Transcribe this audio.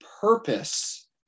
purpose